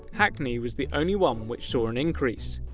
hackney was the only one which saw an increase.